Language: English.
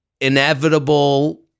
inevitable